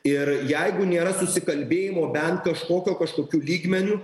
ir jeigu nėra susikalbėjimo bent kažkokio kažkokiu lygmeniu